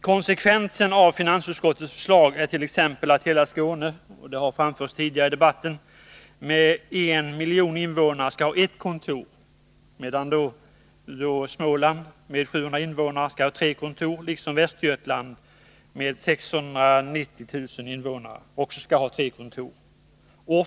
Konsekvensen av finansutskottets förslag är t.ex. att hela Skåne — vilket har framhållits tidigare i debatten — med 1 miljon invånare skall ha ett kontor, medan Småland med 700 000 invånare och Västergötland med 690 000 invånare skall ha tre kontor vardera.